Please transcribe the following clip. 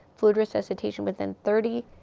fluid resuscitation within thirty,